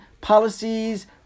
policies